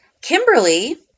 Kimberly